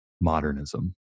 modernism